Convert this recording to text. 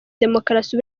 demokarasi